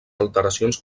alteracions